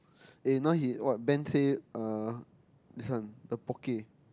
eh now he what Ben say uh this one the Poke